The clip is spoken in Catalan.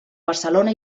barcelona